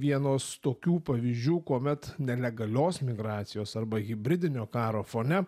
vienos tokių pavyzdžių kuomet nelegalios migracijos arba hibridinio karo fone